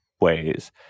ways